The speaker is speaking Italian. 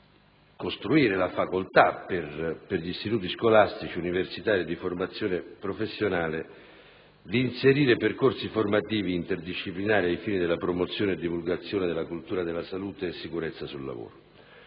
costruire la facoltà per gli istituti scolastici, universitari e di formazione professionale di inserire percorsi formativi interdisciplinari ai fini della promozione e della divulgazione della cultura della salute e sicurezza sul lavoro;